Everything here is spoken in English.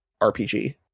RPG